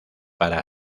para